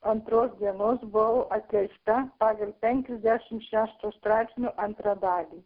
antros dienos buvau atleista pagal penkiasdešimt šešto straipsnio antrą dalį